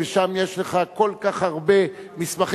ושם יש לך כל כך הרבה מסמכים,